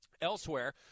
Elsewhere